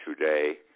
today